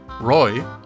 Roy